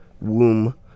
womb